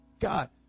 God